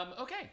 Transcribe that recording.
Okay